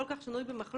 כל כך שנוי במחלוקת,